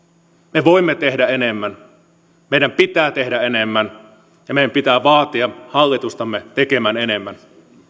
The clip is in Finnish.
me voimme tehdä enemmän meidän pitää tehdä enemmän ja meidän pitää vaatia hallitustamme tekemään enemmän